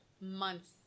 months